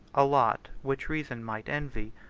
a lot which reason might envy,